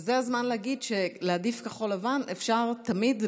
זה הזמן להגיד שלהעדיף כחול-לבן אפשר תמיד,